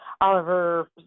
Oliver